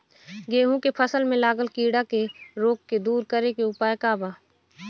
गेहूँ के फसल में लागल कीड़ा के रोग के दूर करे के उपाय का बा?